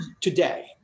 today